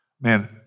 Man